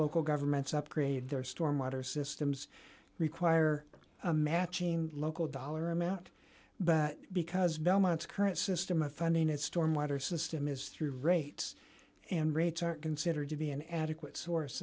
local governments upgrade their stormwater systems require a matching local dollar amount but because belmont's current system of funding is stormwater system is through rates and rates are considered to be an adequate source